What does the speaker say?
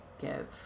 give